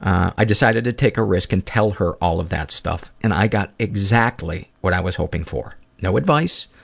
i decided to take a risk and tell her all of that stuff and i got exactly what i was hoping for. no advice,